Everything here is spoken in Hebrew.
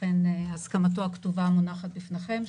לכן הסכמתו הכתובה מונחת בפניכם.